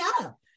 up